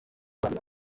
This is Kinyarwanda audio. makuru